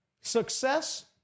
Success